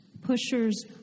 pushers